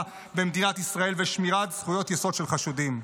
במדינת ישראל ושמירת זכויות יסוד של חשודים.